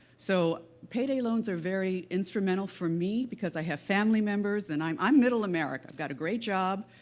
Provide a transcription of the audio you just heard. so, payday loans are very instrumental for me, because i have family members, and i'm i'm middle america, got a great job,